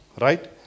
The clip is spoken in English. right